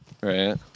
Right